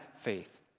faith